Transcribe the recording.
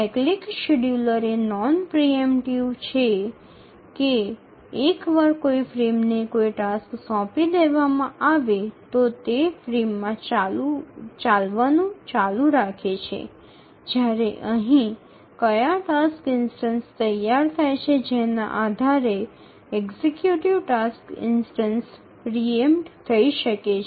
cyclic scheduler એ non preemptive છે કે એકવાર કોઈ ફ્રેમને કોઈ ટાસ્ક સોંપી દેવામાં આવે તો તે તે ફ્રેમમાં ચાલવાનું ચાલુ રાખે છે જ્યારે અહીં કયા ટાસ્ક ઇન્સ્ટનસ તૈયાર થાય જેના આધારે executive task instance preempt થઈ શકે છે